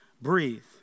breathe